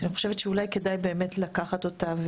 שאני חושבת שאולי כדאי באמת לקחת אותה.